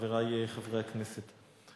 חברי חברי הכנסת,